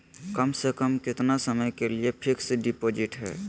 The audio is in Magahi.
कम से कम कितना समय के लिए फिक्स डिपोजिट है?